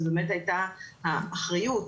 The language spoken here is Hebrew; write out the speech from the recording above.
זו באמת הייתה האחריות.